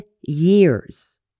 years